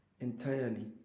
entirely